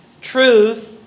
truth